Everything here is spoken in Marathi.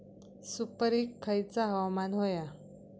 सुपरिक खयचा हवामान होया?